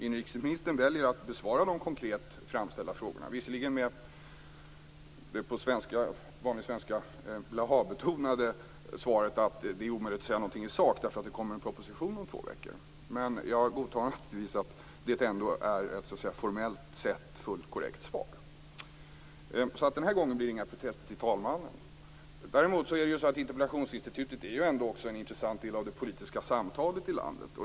Inrikesministern väljer att besvara de konkreta framställda frågorna, visserligen med det som man på vanlig svenska kan kalla blahabetonade svaret att det är omöjligt att säga någonting i sak därför att det kommer en proposition om två veckor. Jag godtar naturligtvis att det ändå är ett formellt sett fullt korrekt svar. Denna gång blir det inga protester till talmannen. Däremot vill jag säga att interpellationsinstitutet ändå är en intressant del av det politiska samtalet i landet.